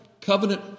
covenant